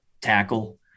tackle